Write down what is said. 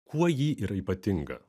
kuo ji yra ypatinga